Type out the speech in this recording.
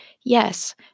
yes